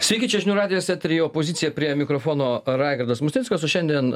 sveiki čia žinių radijas eteryje opozicija prie mikrofono raigardas musnickas o šiandien